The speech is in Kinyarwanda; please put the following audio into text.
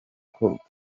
koko